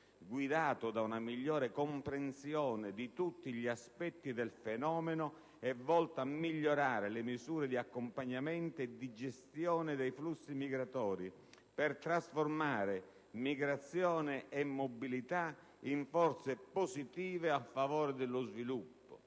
guidato da una migliore comprensione di tutti gli aspetti del fenomeno e volta a migliorare le misure di accompagnamento e di gestione dei flussi migratori, per trasformare migrazione e mobilità in forze positive a favore dello sviluppo».